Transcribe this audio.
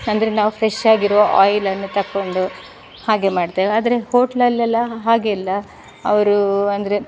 ಅಂದರೆ ನಾವು ಫ್ರೆಶ್ ಆಗಿರೊ ಆಯಿಲನ್ನು ತಕ್ಕೊಂಡು ಹಾಗೆ ಮಾಡ್ತೇವೆ ಆದರೆ ಹೋಟ್ಲಲ್ಲೆಲ್ಲ ಹಾಗಿಲ್ಲ ಅವರು ಅಂದರೆ